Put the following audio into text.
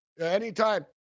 Anytime